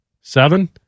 Seven